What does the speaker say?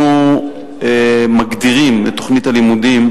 אנחנו מגדירים את תוכנית הלימודים.